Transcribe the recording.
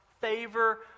favor